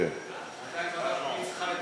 "יד מכוונת",